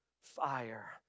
fire